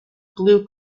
blue